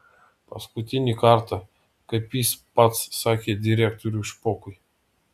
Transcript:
paskutinį kartą kaip jis pats sakė direktoriui špokui